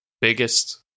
biggest